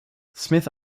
smith